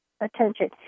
attention